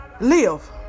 Live